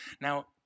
Now